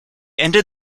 ended